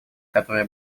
которые